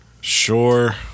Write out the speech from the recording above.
Sure